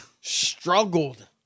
Struggled